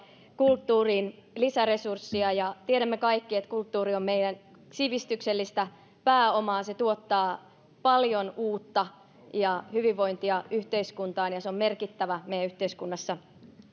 kulttuuriin lisäresurssia ja tiedämme kaikki että kulttuuri on meidän sivistyksellistä pääomaa se tuottaa paljon uutta ja hyvinvointia yhteiskuntaan ja kulttuuri on merkittävä